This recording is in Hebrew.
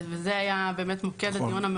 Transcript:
זה היה באמת מוקד הדיון.